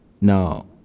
Now